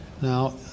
Now